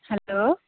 hello